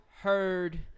heard